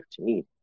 15